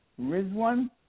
Rizwan